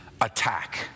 Attack